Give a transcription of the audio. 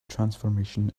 transformation